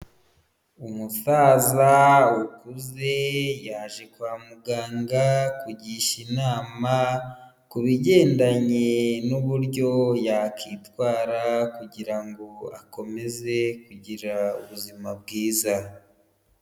Umusaza ukuze yaje kwa muganga kugisha inama ku bigendanye n'uburyo yakwitwara kugira ngo akomeze kugira ubuzima bwiza.